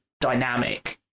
dynamic